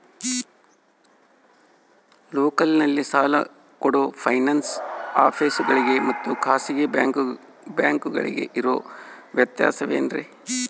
ಲೋಕಲ್ನಲ್ಲಿ ಸಾಲ ಕೊಡೋ ಫೈನಾನ್ಸ್ ಆಫೇಸುಗಳಿಗೆ ಮತ್ತಾ ಖಾಸಗಿ ಬ್ಯಾಂಕುಗಳಿಗೆ ಇರೋ ವ್ಯತ್ಯಾಸವೇನ್ರಿ?